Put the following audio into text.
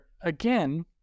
again